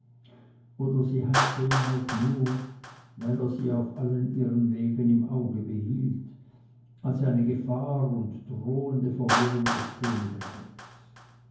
oder sie hafte ihn auch nur weil er sie auf allen ihren wegen im auge behielt als eine gefahr und drohende verwirrung des königreiches